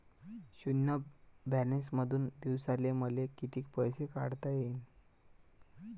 शुन्य बॅलन्स खात्यामंधून मले दिवसाले कितीक पैसे काढता येईन?